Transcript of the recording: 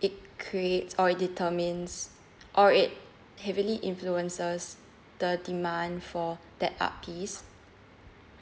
it creates or it determines or it heavily influences the demand for that art piece